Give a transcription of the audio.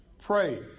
Pray